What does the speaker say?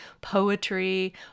poetry